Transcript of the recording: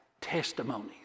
testimonies